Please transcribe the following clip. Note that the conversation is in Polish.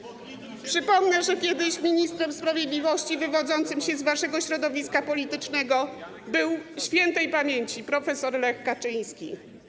Przypomnę, że kiedyś ministrem sprawiedliwości wywodzącym się z waszego środowiska politycznego był śp. prof. Lech Kaczyński.